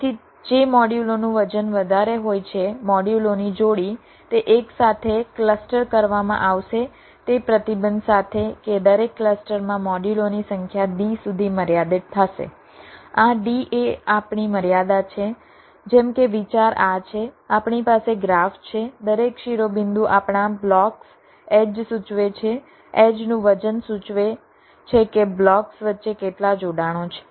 તેથી જે મોડ્યુલોનું વજન વધારે હોય છે મોડ્યુલોની જોડી તે એકસાથે ક્લસ્ટર કરવામાં આવશે તે પ્રતિબંધ સાથે કે દરેક ક્લસ્ટરમાં મોડ્યુલોની સંખ્યા d સુધી મર્યાદિત હશે આ d એ આપણી મર્યાદા છે જેમ કે વિચાર આ છે આપણી પાસે ગ્રાફ છે દરેક શિરોબિંદુ આપણા બ્લોક્સ એડ્જ સૂચવે છે એડ્જનું વજન સૂચવે છે કે બ્લોક્સ વચ્ચે કેટલા જોડાણો છે